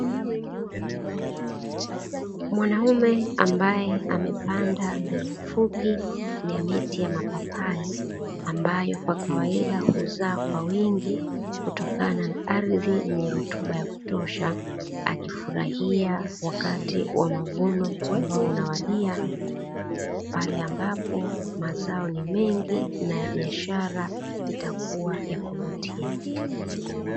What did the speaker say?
Mwanaume ambaye amepanda mbegu fupi ya miti ya mapapai ambayo kwa kawaida huzaa kwa wingi kutokana na ardhi yenye rutuba ya kutosha, akifurahia wakati wa mavuno ambao unawadia pale ambapo mazao ni mengi na biashara itakuwa ya kuvutia.